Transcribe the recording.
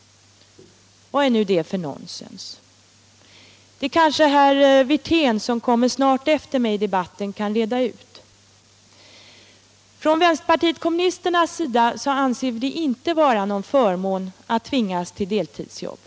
Vad är nu det för nonsens? Det kanske herr Wirtén, som kommer snart efter mig i debatten, kan reda ut. Från vänsterpartiet kommunisternas sida anser vi det inte vara en förmån att tvingas till deltidsjobb.